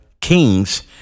kings